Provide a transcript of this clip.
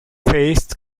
feist